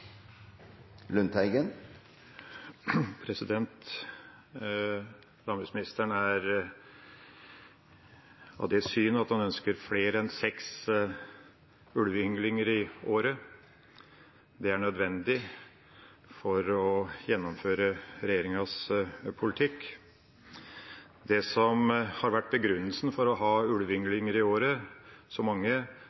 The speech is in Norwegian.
Landbruksministeren har det synet at han ønsker flere enn seks ulveynglinger i året. Det er nødvendig for å gjennomføre regjeringas politikk. Det som har vært begrunnelsen for å ha